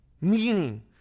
Meaning